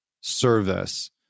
service